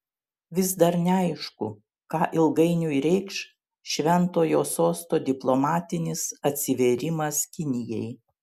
vis dar neaišku ką ilgainiui reikš šventojo sosto diplomatinis atsivėrimas kinijai